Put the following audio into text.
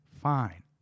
fine